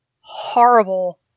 horrible